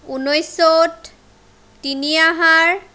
ঊনৈছ চ'ত তিনি আহাৰ